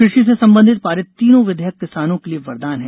कृषि से संबंधित पारित तीनों विधेयक किसानों के लिए वरदान हैं